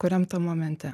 kuriam tam momente